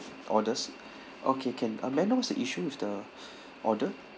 orders okay can uh may I know what's the issue with the order